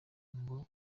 ngo